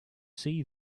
see